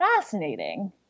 fascinating